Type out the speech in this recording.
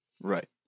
Right